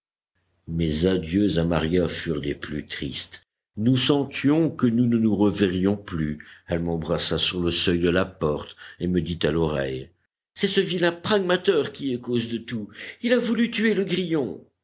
mes adieux à maria furent des plus tristes nous sentions que nous ne nous reverrions plus elle m'embrassa sur le seuil de la porte et me dit à l'oreille c'est ce vilain pragmater qui est cause de tout il a voulu tuer le grillon